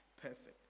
perfect